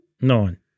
Nine